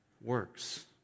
works